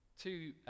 Two